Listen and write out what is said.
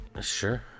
Sure